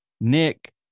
Nick